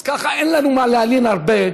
אז ככה אין לנו מה להלין הרבה.